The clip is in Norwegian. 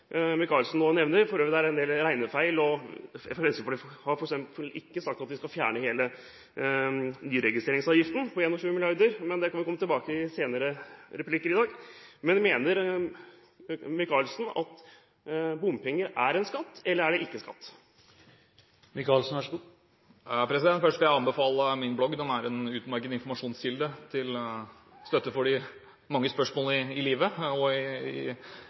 Micaelsen nå nevner – det er for øvrig en del regnefeil. Fremskrittspartiet har f.eks. ikke sagt at vi skal fjerne hele nyregistreringsavgiften på 21 mrd. kr, men det kan vi komme tilbake til i senere replikker i dag. Mener representanten Micaelsen at bompenger er skatt, eller er det ikke skatt? Først vil jeg anbefale min blogg. Den er en utmerket informasjonskilde, til støtte for de mange spørsmålene i livet og i